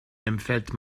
empfiehlt